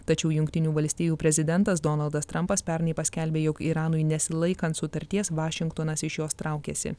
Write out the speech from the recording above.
tačiau jungtinių valstijų prezidentas donaldas trampas pernai paskelbė jog iranui nesilaikant sutarties vašingtonas iš jos traukiasi